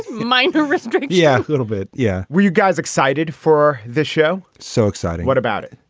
mine. too restrictive. yeah, a little bit. yeah. were you guys excited for the show? so exciting. what about it?